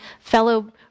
fellow